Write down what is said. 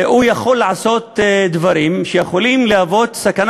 הוא יכול לעשות דברים שיכולים להיות סכנה